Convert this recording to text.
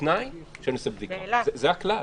ובתנאי שאני עושה בדיקה, זה הכלל.